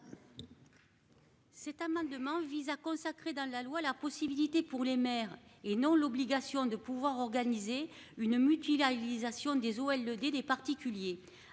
Cet amendement vise à consacrer dans la loi la possibilité pour les maires et non l'obligation de pouvoir organiser une m'utilisation des eaux elle des des particuliers.